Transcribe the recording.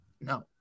No